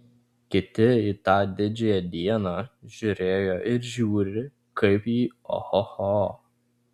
kiti į tą didžiąją dieną žiūrėjo ir žiūri kaip į ohoho